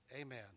Amen